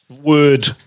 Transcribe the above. word